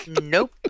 Nope